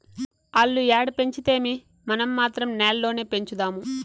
ఆల్లు ఏడ పెంచితేమీ, మనం మాత్రం నేల్లోనే పెంచుదాము